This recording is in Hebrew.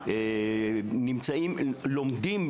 לומדים,